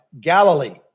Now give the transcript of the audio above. Galilee